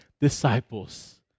disciples